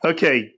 Okay